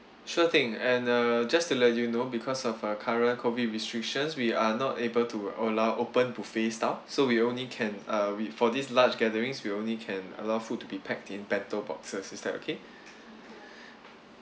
sure thing and uh just to let you know because of our current COVID restrictions we are not able to allow open buffet style so we only can uh we for these large gatherings we only can allow food to be packed in bento boxes is that okay